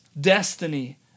destiny